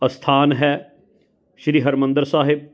ਅਸਥਾਨ ਹੈ ਸ਼੍ਰੀ ਹਰਿਮੰਦਰ ਸਾਹਿਬ